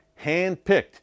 handpicked